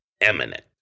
eminent